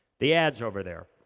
the ads over there.